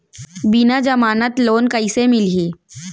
बिना जमानत लोन कइसे मिलही?